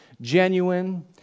genuine